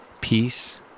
peace